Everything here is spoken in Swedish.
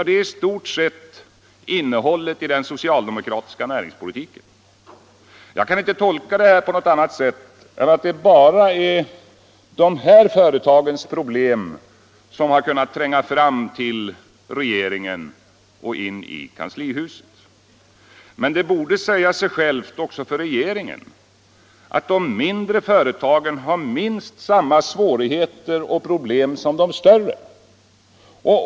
Det är i stort sett innehållet i den socialdemokratiska näringspolitiken. Jag kan inte tolka det på annat sätt än att det bara är dessa företags problem som har kunnat tränga fram till regeringen och kanslihuset. Men det borde nästan säga sig självt, också för regeringen, att de mindre företagen har minst samma svårigheter och problem som de större.